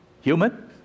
human